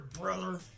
brother